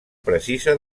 precisa